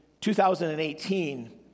2018